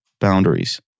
boundaries